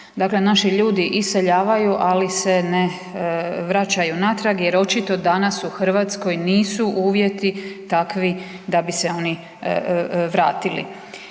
Dakle, naši ljudi iseljavaju, ali se ne vraćaju natrag jer očito danas u Hrvatskoj nisu uvjeti takvi da bi se oni vratili.